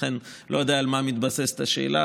אני לא יודע על מה מתבססת השאלה.